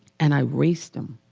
and i raced him.